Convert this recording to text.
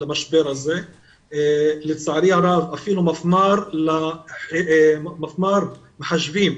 לצערי הרב אפילו מפמ"ר מחשבים